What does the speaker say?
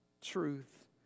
truth